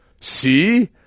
See